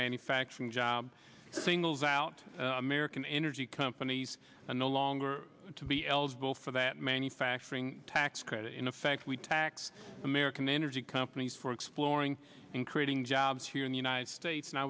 manufacturing jobs and singles out american energy companies and no longer to be eligible for that manufacturing tax credit in effect we tax american energy companies for exploring and creating jobs here in the united states and i